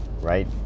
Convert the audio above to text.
right